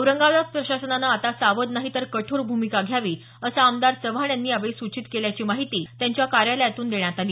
औरंगाबाद प्रशासनानं आता सावध नाही तर कठोर भूमिका घावी असं आमदार चव्हाण यांनी यावेळी सूचित केल्याची माहिती त्यांच्या कार्यालयातून देण्यात आली